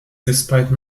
despite